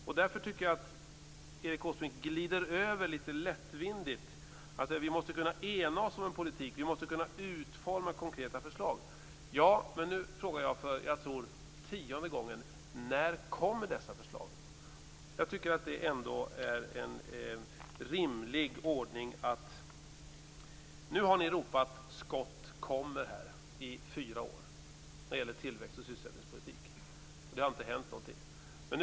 Jag tycker att Erik Åsbrink litet lättvindigt glider över frågan. Han säger att vi måste kunna ena oss om en politik och kunna utforma konkreta förslag. Nu frågar jag för jag tror tionde gången: När kommer dessa förslag? Jag tycker ändå att det är en rimlig ordning att säga det. Nu har ni i fyra år ropat: Skott kommer! när det gäller tillväxt och sysselsättningspolitik, och det har inte hänt någonting.